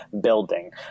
building